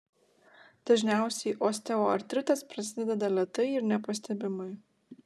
dažniausiai osteoartritas prasideda lėtai ir nepastebimai